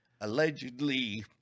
allegedly